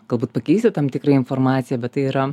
galbūt pakeisti tam tikrą informaciją bet tai yra